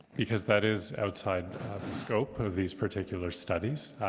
because that is outside the scope of these particular studies.